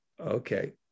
Okay